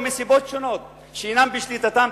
מסיבות שונות שאינן בשליטתם,